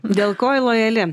dėl ko ji lojali